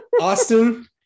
Austin